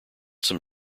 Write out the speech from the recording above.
some